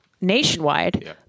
Nationwide